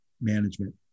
management